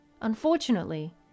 Unfortunately